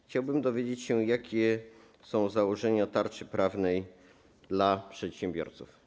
Chciałbym się dowiedzieć, jakie są założenia tarczy prawnej dla przedsiębiorców.